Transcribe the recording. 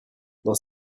dans